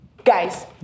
Guys